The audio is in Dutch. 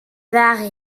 waren